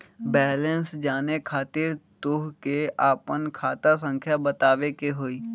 Balance जाने खातिर तोह के आपन खाता संख्या बतावे के होइ?